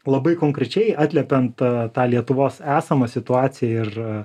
labai konkrečiai atliepiant tą lietuvos esamą situaciją ir